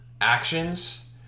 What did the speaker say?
actions